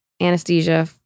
Anesthesia